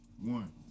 one